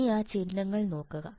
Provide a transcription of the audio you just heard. ഇനി ആ ചിഹ്നങ്ങൾ നോക്കുക